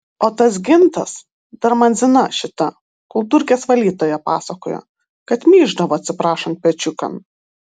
o tas gintas dar man zina šita kultūrkės valytoja pasakojo kad myždavo atsiprašant pečiukan